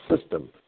system